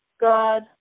God